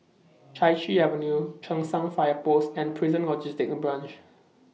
Chai Chee Avenue Cheng San Fire Post and Prison Logistic Branch